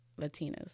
latinas